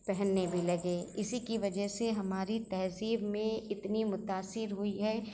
پہننے بھی لگے اسی کی وجہ سے ہماری تہذیب میں اتنی متأثر ہوئی ہے